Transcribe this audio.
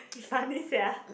funny sia